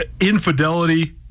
Infidelity